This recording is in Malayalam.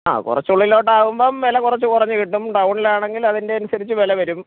ആ കുറച്ച് ഉള്ളിലോട്ട് ആവുമ്പം വില കുറച്ച് കുറഞ്ഞ് കിട്ടും ടൗണിലാണെങ്കിൽ അതിൻ്റെ അനുസരിച്ച് വില വെരും